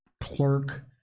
clerk